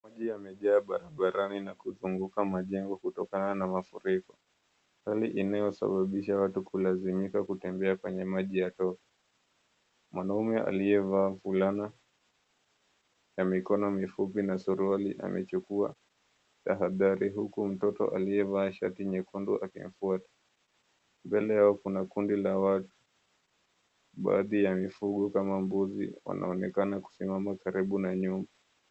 Maji yamejaa barabarani na kuzunguka majengo kutokana na mafuriko. Hali inayosababisha watu kulazimika kutembea kwenye maji ya tope. Mwanaune aliyevaa fulana ya mikono mifupi na suruali amaechukua tahadhari huku mtoto aliyevaa shati nyekundu akimfuata. Mbele yao kuna kundi la watu, baadhi ya mifugo kama mbuzi wanaonekana kusimama karibu na nyumba.